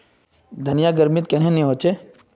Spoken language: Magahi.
धनिया गर्मित कन्हे ने होचे?